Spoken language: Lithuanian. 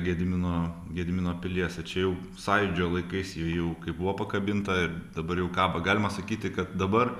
gedimino gedimino pilies o čia jau sąjūdžio laikais ji jau kaip buvo pakabinta ir dabar jau kabo galima sakyti kad dabar